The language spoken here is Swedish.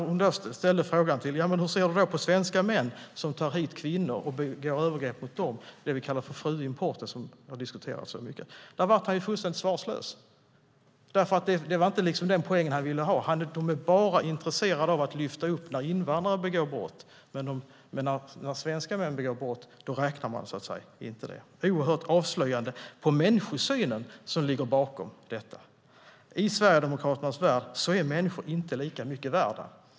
Hon ställde frågan: Hur ser du då på svenska män som tar hit kvinnor och begår övergrepp mot dem, det vi kallar för fruimport? Då blev han fullständigt svarslös. Det var inte den poängen han ville ha. De är bara intresserade av att lyfta upp när invandrare begår brott, men när svenska män begår brott räknar man det inte. Det är oerhört avslöjande och visar den människosyn som ligger bakom detta. I Sverigedemokraternas värld är människor inte lika mycket värda.